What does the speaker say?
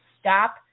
stop